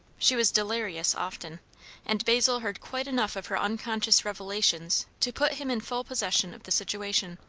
she was delirious often and basil heard quite enough of her unconscious revelations to put him in full possession of the situation.